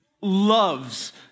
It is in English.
loves